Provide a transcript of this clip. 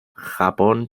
japón